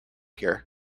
here